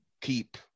keep